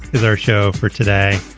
is our show for today.